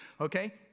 okay